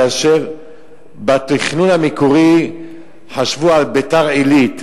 כאשר בתכנון המקורי חשבו על ביתר-עילית,